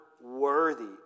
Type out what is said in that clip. worthy